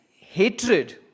hatred